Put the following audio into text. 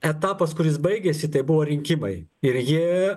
etapas kuris baigėsi tai buvo rinkimai ir jie